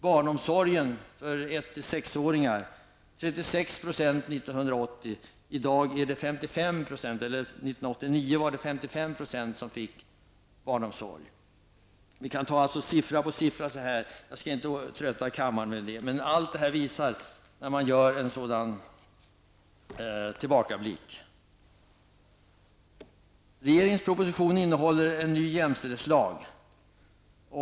Barnomsorgen beträffande 1--6-åringar uppgick till 36 % år 1980. 1989 fick 55 % barnomsorg. Man kunde nämna siffra efter siffra, men jag skall inte trötta kammaren. Allt pekar i samma riktning vid en tillbakablick. Regeringens proposition innehåller en ny jämställdhetslag.